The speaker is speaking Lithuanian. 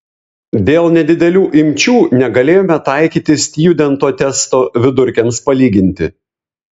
dėl nedidelių imčių negalėjome taikyti stjudento testo vidurkiams palyginti